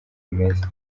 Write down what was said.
imeze